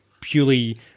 purely